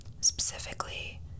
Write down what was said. specifically